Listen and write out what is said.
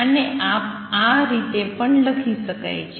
આને આ રીતે પણ લખી શકાય છે